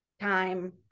time